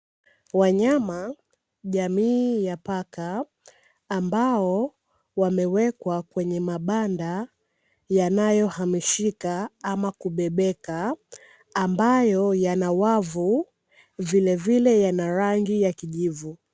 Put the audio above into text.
Wanyama jamii ya paka, ambao wamewekwa kwenye mabanda yanayohamishika au kubebeka, ambayo yana wavu vilevile rangi ya kijivu.